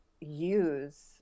use